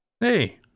Hey